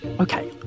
Okay